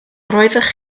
roeddech